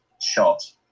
shot